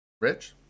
Rich